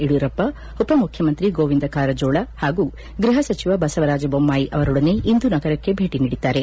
ಯಡಿಯೂರಪ್ಪ ಉಪಮುಖ್ಯಮಂತ್ರಿ ಗೋವಿಂದ ಕಾರಜೋಳ ಹಾಗೂ ಗೃಪ ಸಚಿವ ಬಸವರಾಜ ಬೊಮ್ನಾಯಿ ಅವರೊಡನೆ ಇಂದು ನಗರಕ್ಕೆ ಭೇಟಿ ನೀಡಿದ್ದಾರೆ